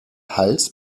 hals